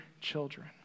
children